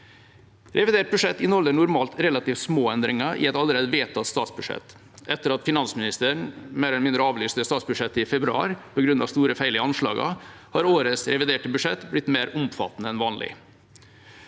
Revidert budsjett inneholder normalt relativt små endringer i et allerede vedtatt statsbudsjett. Etter at finansministeren mer eller mindre avlyste statsbudsjettet i februar på grunn av store feil i anslagene, har årets reviderte budsjett blitt mer omfattende enn vanlig.